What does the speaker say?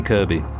Kirby